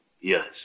Yes